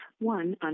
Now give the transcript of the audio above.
one